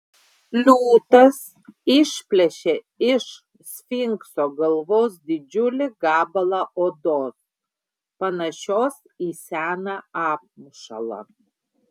liūtas išplėšė iš sfinkso galvos didžiulį gabalą odos panašios į seną apmušalą